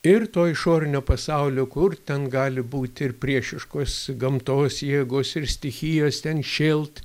ir to išorinio pasaulio kur ten gali būti ir priešiškos gamtos jėgos ir stichijos ten šėlt